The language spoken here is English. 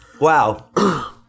Wow